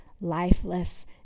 lifeless